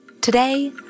Today